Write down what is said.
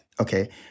okay